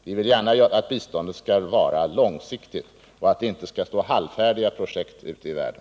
Vi vill gärna att biståndet skall vara långsiktigt och att det inte skall stå halvfärdiga projekt ute i världen.